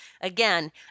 Again